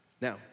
Now